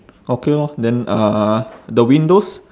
okay lor then uh the windows